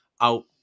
out